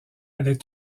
allait